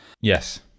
Yes